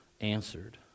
answered